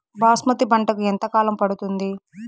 బాస్మతి పంటకు ఎంత కాలం పడుతుంది?